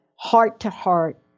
heart-to-heart